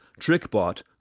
Trickbot